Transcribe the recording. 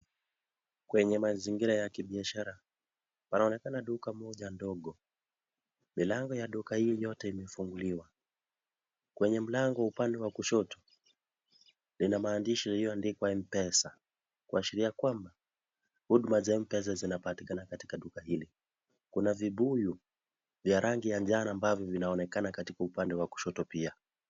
Kwenye mazingira ya kibiashara, panaoneka duka moja ndogo. Milango ya duka hii yote imefunguliwa. Kwenye mlango upande wa kushoto, lina maandishi iliyoandikwa Mpesa, kuashiria kwamba huduma za Mpesa zinapatikana katika duka hili. Kuna vibuyu ya rangi ya njano ambavyo vinaonekana katika upande wa kushoto pia.